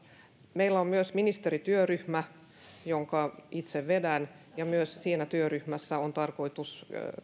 meillä on myös ministerityöryhmä jota itse vedän ja myös siinä työryhmässä on tarkoitus